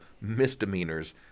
misdemeanors